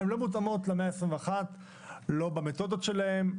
לא במתודות שלהן,